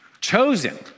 Chosen